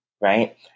right